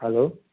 hello